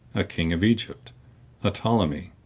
a king of egypt a ptolemy